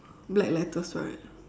black letters right